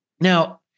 Now